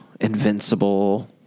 Invincible